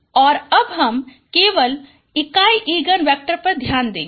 और अब हम केवल इकाई इगन वेक्टर पर ध्यान देगें